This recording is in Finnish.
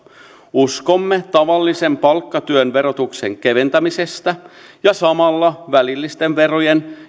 uskomme tavallisen palkkatyön verotuksen keventämisestä ja samalla välillisten verojen